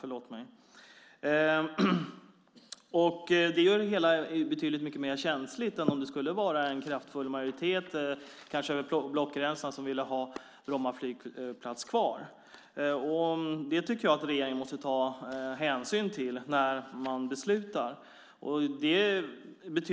Det gör det hela betydligt känsligare än om det skulle vara en kraftfull majoritet, kanske över blockgränserna, som ville ha Bromma flygplats kvar. Jag tycker att regeringen måste ta hänsyn till det när man beslutar.